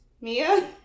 Mia